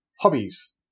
hobbies